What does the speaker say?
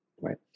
right